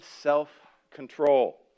self-control